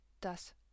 das